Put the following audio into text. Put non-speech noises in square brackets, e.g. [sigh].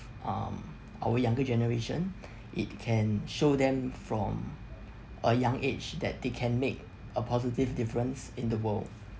um our younger generation [breath] it can show them from a young age that they can make a positive difference in the world